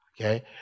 Okay